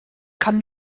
kann